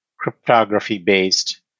Cryptography-based